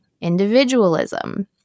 individualism